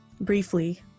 briefly